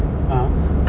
ah